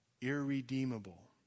irredeemable